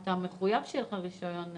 אתה מחויב שיהיה לך רישיון תעסוקה.